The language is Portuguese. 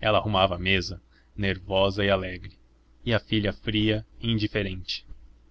ela arrumava a mesa nervosa e alegre e a filha fria e indiferente